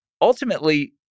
ultimately